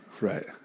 Right